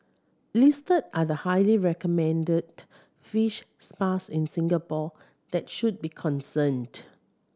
listed are the highly recommended fish spas in Singapore that should be concerned